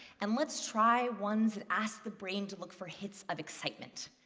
and let's try ones that ask the brain to look for hits of excitement.